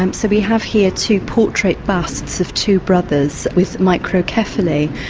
um so we have here two portrait busts of two brothers with microcephaly.